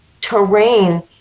terrain